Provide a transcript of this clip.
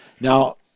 Now